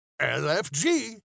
LFG